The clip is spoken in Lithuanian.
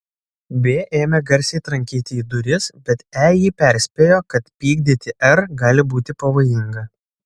b ėmė garsiai trankyti į duris bet e jį perspėjo kad pykdyti r gali būti pavojinga